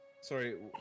Sorry